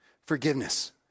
Forgiveness